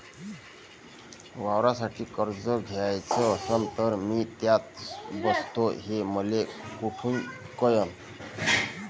वावरासाठी कर्ज घ्याचं असन तर मी त्यात बसतो हे मले कुठ कळन?